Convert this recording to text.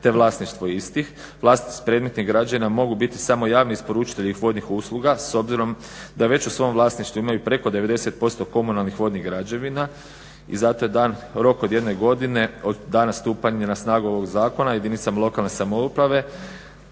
te vlasništvo istih. Vlasnici predmetnih građevina mogu biti samo javni isporučitelji vodnih usluga s obzirom da već u svom vlasništvu imaju preko 90% komunalnih vodnih građevina. I zato je dan rok od jedne godine od dana stupanja na snagu ovoga zakona jedinicama lokalne samouprave